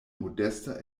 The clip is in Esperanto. modesta